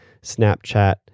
Snapchat